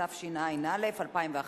התשע"א 2011,